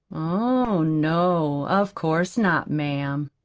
oh, no, of course not, ma'am.